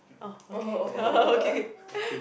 oh okay okay